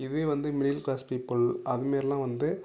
இதே வந்து middle class people அது மாரில்லாம் வந்து